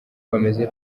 bameze